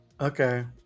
Okay